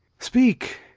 speak!